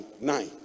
nine